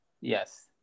yes